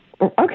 Okay